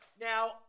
Now